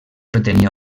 pretenia